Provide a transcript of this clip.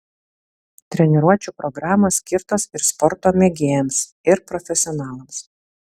treniruočių programos skirtos ir sporto mėgėjams ir profesionalams